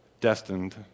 destined